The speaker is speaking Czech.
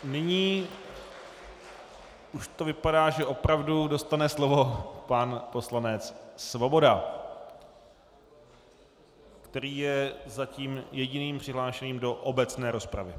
Nyní už to vypadá, že opravdu dostane slovo pan poslanec Svoboda, který je zatím jediným přihlášeným do obecné rozpravy.